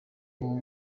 ubu